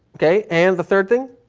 okay. and the third thing?